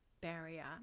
barrier